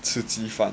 吃鸡饭